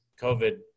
COVID